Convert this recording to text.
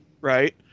Right